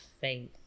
faith